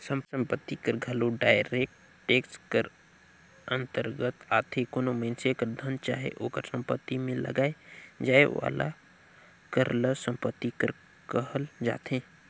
संपत्ति कर घलो डायरेक्ट टेक्स कर अंतरगत आथे कोनो मइनसे कर धन चाहे ओकर सम्पति में लगाए जाए वाला कर ल सम्पति कर कहल जाथे